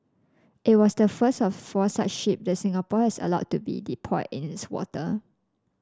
it was the first of four such ship that Singapore has allowed to be deployed in its water